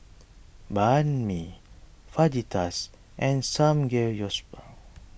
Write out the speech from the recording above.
Banh Mi Fajitas and Samgeyopsal